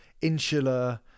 insular